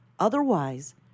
Otherwise